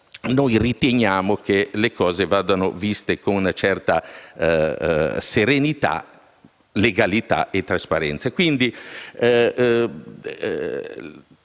di vista, le cose vadano viste con una certa serenità, legalità e trasparenza.